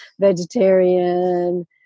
vegetarian